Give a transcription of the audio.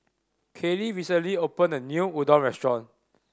Kaylee recently opened a new Udon restaurant